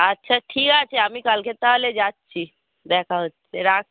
আচ্ছা ঠিক আছে আমি কালকে তাহলে যাচ্ছি দেখা হচ্ছে রাখছি